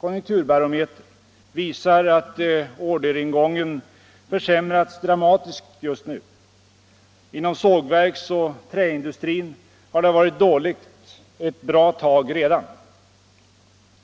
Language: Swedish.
konjunkturbarometer visar emellertid att orderingången försämras dramatiskt just nu. Inom sågverksoch träindustrin har det varit dåligt ett bra tag redan.